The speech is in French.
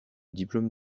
diplôme